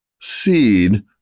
seed